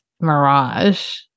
Mirage